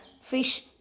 fish